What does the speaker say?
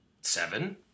Seven